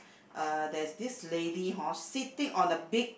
uh there's this lady hor sitting on a big